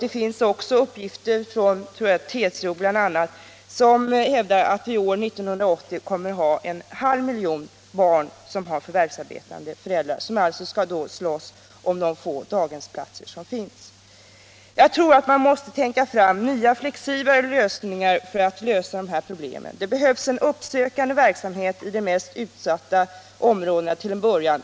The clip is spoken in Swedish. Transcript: Enligt uppgifter från TCO kommer vi år 1980 att ha en halv miljon barn med förvärvsarbetande föräldrar. De skall alltså slåss om de få daghemsplatser som då kommer att finnas. Man måste försöka komma fram till nya och flexiblare metoder för att lösa dessa problem. Det behövs till en början en uppsökande verksamhet i de mest utsatta områdena.